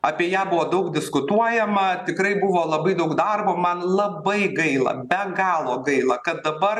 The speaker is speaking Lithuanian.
apie ją buvo daug diskutuojama tikrai buvo labai daug darbo man labai gaila be galo gaila kad dabar